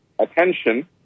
attention